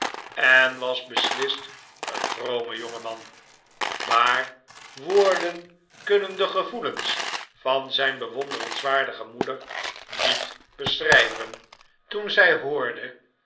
en was beslist een vrome jonge man maar woorden kunnen de gevoelens van zijn bewonderenswaardige moeder niet beschrijven toen zij hoorde